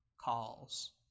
calls